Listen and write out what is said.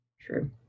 True